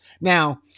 Now